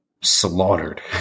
slaughtered